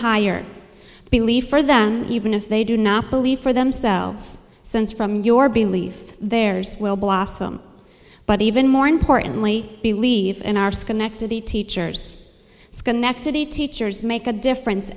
higher belief for them even if they do not believe for themselves since from your belief there's will blossom but even more importantly believe in our schenectady teachers schenectady teachers make a difference